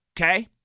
okay